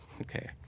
Okay